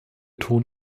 ton